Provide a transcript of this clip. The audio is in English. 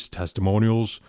testimonials